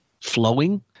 flowing